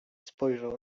spojrzał